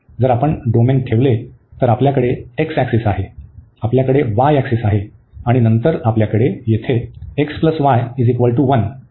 जर आपण डोमेन ठेवले तर आपल्याकडे x ऍक्सिस आहे आपल्याकडे y ऍक्सिस आहे आणि नंतर आपल्याकडे येथे x y 1 आहे